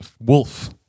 Wolf